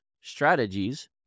strategies